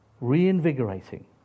reinvigorating